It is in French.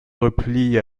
replie